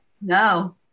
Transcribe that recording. no